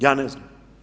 Ja ne znam.